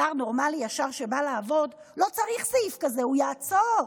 שר נורמלי שבא לעבוד לא צריך סעיף כזה, הוא יעצור.